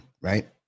right